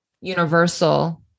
universal